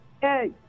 Hey